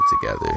together